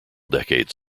decades